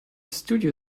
studio